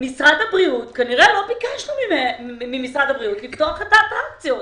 כנראה לא ביקשו ממשרד הבריאות לפתוח את האטרקציות.